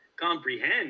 comprehend